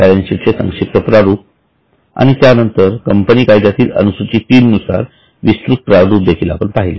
balance sheet चे संक्षिप्त प्रारूप आणि त्यानंतर कंपनी कायद्यातील अनुसूची 3 नुसार विस्तृत प्रारूप देखील आपण पाहिले